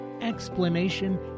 explanation